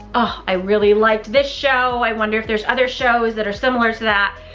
i really liked this show. i wonder if there's other shows that are similar to that.